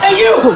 ah you